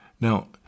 Now